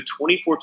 24